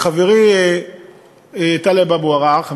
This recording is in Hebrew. אני חולק על חברי חבר הכנסת טלב אבו עראר.